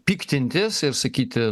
piktintis ir sakyti